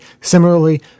Similarly